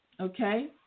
okay